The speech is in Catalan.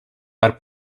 per